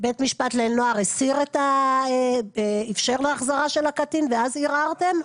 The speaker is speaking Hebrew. בית משפט לנוער אִפשר החזרה של הקטין ואז ערערתם?